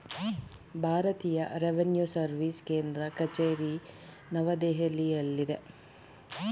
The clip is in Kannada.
ಭಾರತೀಯ ರೆವಿನ್ಯೂ ಸರ್ವಿಸ್ನ ಕೇಂದ್ರ ಕಚೇರಿ ನವದೆಹಲಿಯಲ್ಲಿದೆ